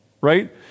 right